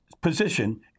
position